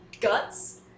guts